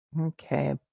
okay